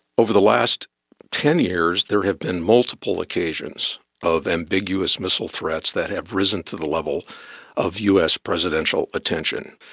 over the last ten years there have been multiple occasions of ambiguous missile threats that have risen to the level of us presidential attention.